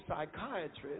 psychiatrist